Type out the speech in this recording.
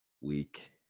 week